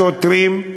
השוטרים,